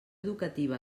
educativa